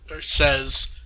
says